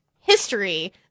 history